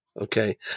Okay